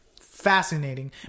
fascinating